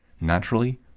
naturally